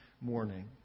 morning